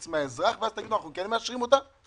מהאזרח ואז תגידו אנחנו כן מאשרים אותה?